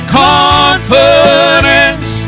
confidence